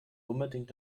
unbedingt